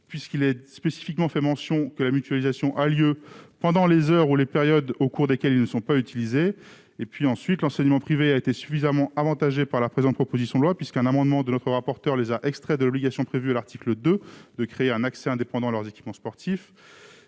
puisqu'il est spécifiquement précisé que la mutualisation a lieu pendant les heures ou les périodes au cours desquelles lesdits équipements ne sont pas utilisés. Enfin, l'enseignement privé a été suffisamment avantagé par la présente proposition de loi, un amendement de notre rapporteur les ayant retirés de l'obligation prévue à l'article 2 de créer un accès indépendant à leurs équipements sportifs.